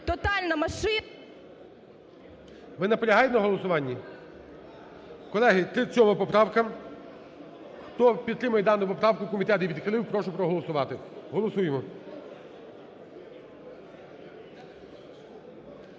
Ви наполягаєте на голосуванні? Колеги, 37 поправка, хто підтримує дану поправку, комітет її відхилив, прошу проголосувати. Голосуємо.